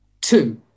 Two